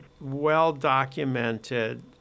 well-documented